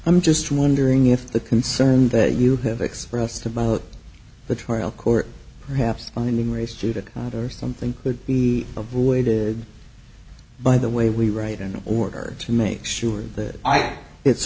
i'm just wondering if the concern that you have expressed about the trial court perhaps finding race to that or something could be avoided by the way we write an order to make sure that it's